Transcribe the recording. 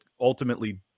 ultimately